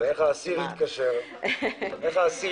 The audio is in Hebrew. ואיך האסיר יתקשר מהבידוד?